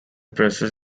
presses